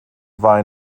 war